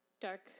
dark